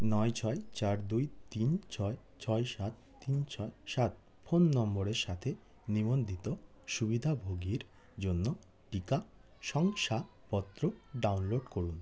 নয় ছয় চার দুই তিন ছয় ছয় সাত তিন ছয় সাত ফোন নম্বরের সাথে নিবন্ধিত সুবিধাভোগীর জন্য টিকা শংসাপত্র ডাউনলোড করুন